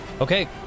Okay